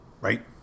right